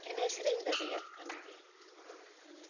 ᱮᱱᱮᱡ ᱥᱮᱨᱮᱧ ᱫᱟᱲᱮᱭᱟᱜ ᱠᱟᱱ ᱜᱮᱭᱟᱹᱧ